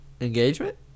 Engagement